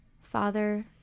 father